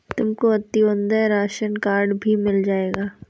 तुमको Antyodaya ration card भी मिल जाएगा